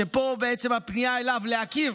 ופה בעצם הפנייה אליו, להכיר,